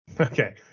Okay